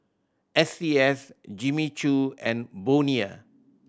S C S Jimmy Choo and Bonia